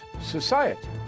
society